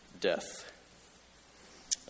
death